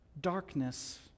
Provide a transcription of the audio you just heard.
darkness